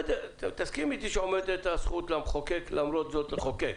תסכימו איתי שעומדת הזכות למחוקק למרות זאת לחוקק.